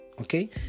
Okay